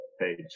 page